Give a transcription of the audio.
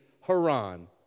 Haran